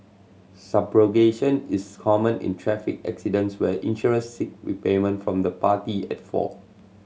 subrogation is common in traffic accidents where insurers seek repayment from the party at fault